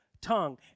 tongue